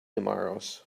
tomorrows